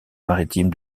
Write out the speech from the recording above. maritimes